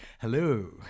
hello